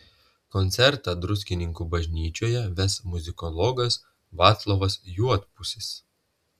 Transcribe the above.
koncertą druskininkų bažnyčioje ves muzikologas vaclovas juodpusis